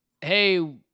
hey